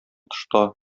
тышта